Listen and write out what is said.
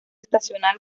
estacional